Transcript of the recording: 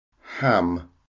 ham